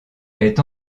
est